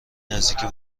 نزدیکی